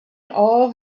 all